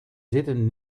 zitten